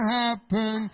happen